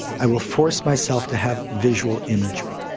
i will force myself to have visual imagery,